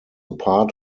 part